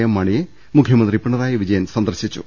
M മാണിയെ മുഖ്യമന്ത്രി പിണറായി വിജയൻ സന്ദർശിച്ചു